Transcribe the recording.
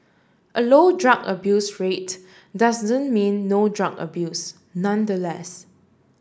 a low drug abuse rate doesn't mean no drug abuse nonetheless